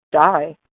die